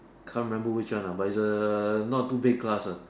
can't remember which one uh but a not too big class uh